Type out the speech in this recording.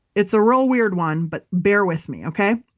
it's a real weird one, but bear with me. okay.